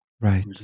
Right